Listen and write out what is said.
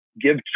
give